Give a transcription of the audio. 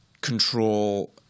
control –